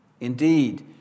Indeed